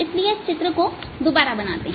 इसलिए इस चित्र को दोबारा बनाते हैं